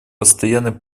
постоянный